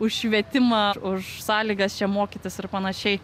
už švietimą už sąlygas čia mokytis ir panašiai